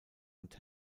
und